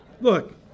Look